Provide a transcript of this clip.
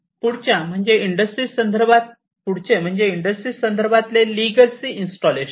पुढच्या म्हणजे इंडस्ट्री संदर्भातले लेगसी इंस्टॉलेशन